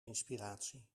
inspiratie